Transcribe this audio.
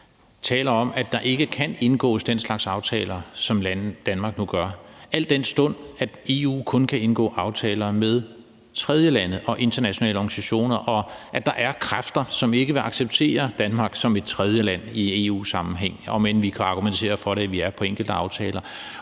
taler om, at der ikke kan indgås den slags aftaler, som landet Danmark nu gør, al den stund at EU kun kan indgå aftaler med tredjelande og internationale organisationer, og at der er kræfter, som ikke vil acceptere Danmark som et tredjeland i EU-sammenhæng, om end vi kan argumentere for, at vi er det i